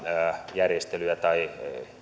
järjestelyjä tai